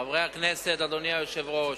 חברי הכנסת, אדוני היושב-ראש,